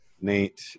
Nate